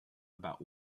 about